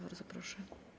Bardzo proszę.